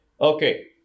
okay